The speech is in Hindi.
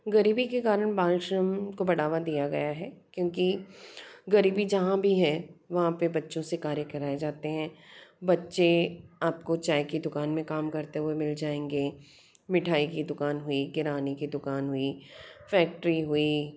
ग़रीबी के कारण बालश्रम को बढ़ावा दिया गया है क्योंकि ग़रीबी जहाँ भी है वहाँ पर बच्चों से कार्य कराए जाते हैं बच्चे आप को चाय की दुकान में काम करते हुए मिल जाएंगे मिठाई की दुकान हुई किराने की दुकान हुई फैक्ट्री हुई